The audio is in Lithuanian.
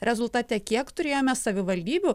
rezultate kiek turėjome savivaldybių